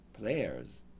players